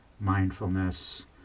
mindfulness